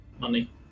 Money